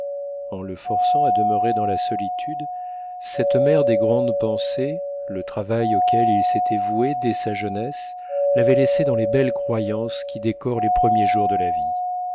en le forçant à demeurer dans la solitude cette mère des grandes pensées le travail auquel il s'était voué dès sa jeunesse l'avait laissé dans les belles croyances qui décorent les premiers jours de la vie